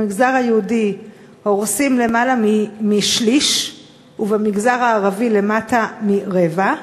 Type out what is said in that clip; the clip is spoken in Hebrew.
במגזר היהודי הורסים למעלה משליש ובמגזר הערבי למטה מרבע.